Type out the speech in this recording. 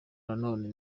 nanone